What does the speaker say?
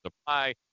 Supply